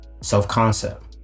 self-concept